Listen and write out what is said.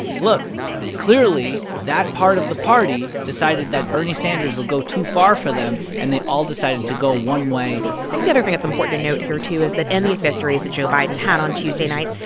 look clearly, that part of the party decided that bernie sanders would go too far for them, and they all decided to go one way i think the other thing that's important to note here, too, is that in these victories that joe biden had on tuesday night,